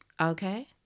Okay